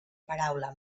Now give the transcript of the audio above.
paraula